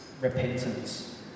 repentance